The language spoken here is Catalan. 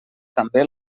també